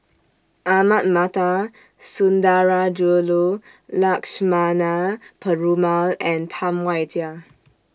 Ahmad Mattar Sundarajulu Lakshmana Perumal and Tam Wai Jia